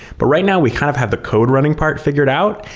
but right now we kind of have the code running part figured out,